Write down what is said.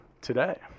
today